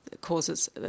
causes